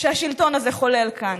שהשלטון הזה חולל כאן.